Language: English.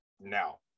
now